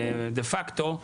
דה פקטו,